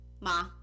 Ma